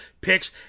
Picks